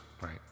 right